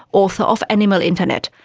author of animal internet,